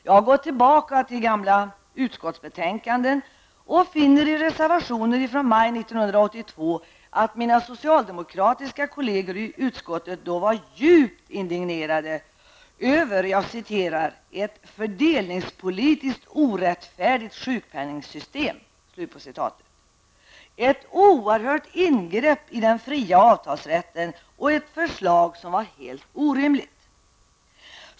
Jag har gått tillbaka till gamla utskottsbetänkanden och finner i reservationer från maj 1982 att mina socialdemokratiska kolleger i utskottet var djupt indignerade över ''ett fördelningspolitiskt orättfärdigt sjukpenningssystem''. Man ansåg att det var ett oerhört ingrepp i den fria avtalsrätten och att förslaget var helt orimligt.